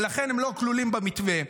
ולכן הן לא כלולות במתווה.